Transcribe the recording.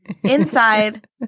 inside